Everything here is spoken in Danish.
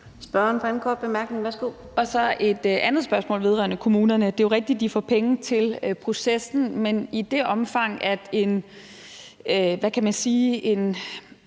jeg et andet spørgsmål vedrørende kommunerne. Det er jo rigtigt, at de får penge til processen. Men i det omfang, at et påbud og de